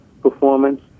performance